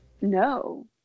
No